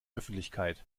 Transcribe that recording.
öffentlichkeit